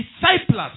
disciples